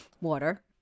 water